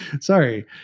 Sorry